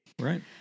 Right